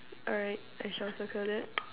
alright I shall circle that